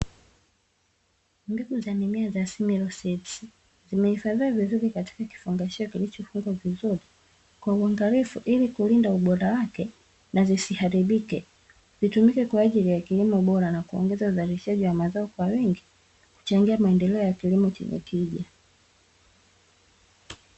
Mbegu za mimea ya" simioseti" zimehifadhiwa vizuri katika kifungashio kilio fungwa vizuri, kwa uangalifu ili kulinda ubora wake na zisiaribike, zitumike kwaajili ya kilimo bora na kuongeza uzalishaji wa mazao kwa wingi, kuchangia maendeleo ya kilimo chenye tija.